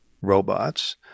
robots